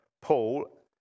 Paul